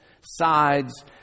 sides